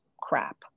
crap